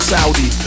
Saudi